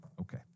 Okay